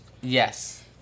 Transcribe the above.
Yes